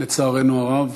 לצערנו הרב.